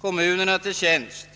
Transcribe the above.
kommunerna till tjänst.